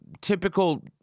typical